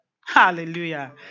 Hallelujah